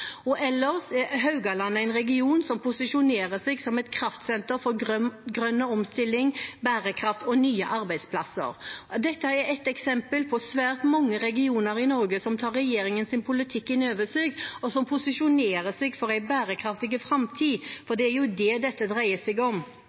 Ellers er Haugalandet en region som posisjonerer seg som et kraftsenter for grønn omstilling, bærekraft og nye arbeidsplasser. Dette er ett eksempel på svært mange regioner i Norge som tar regjeringens politikk inn over seg, og som posisjonerer seg for en bærekraftig framtid. Det er jo det dette dreier seg om.